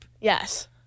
Yes